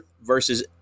versus